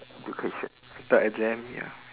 the education the exam ya